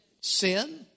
Sin